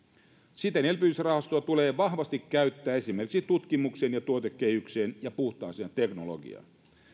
siten elpymisrahastoa tulee vahvasti käyttää esimerkiksi tutkimukseen ja tuotekehitykseen ja puhtaaseen teknologiaan